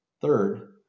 Third